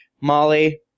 Molly